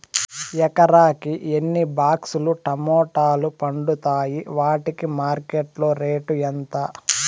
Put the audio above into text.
ఎకరాకి ఎన్ని బాక్స్ లు టమోటాలు పండుతాయి వాటికి మార్కెట్లో రేటు ఎంత?